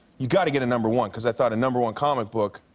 you got to get a number one, cause i thought a number one comic book,